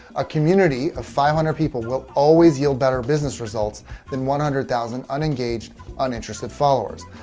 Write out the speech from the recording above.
a community of five hundred people will always yield better business results than one hundred thousand unengaged uninterested followers.